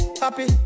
happy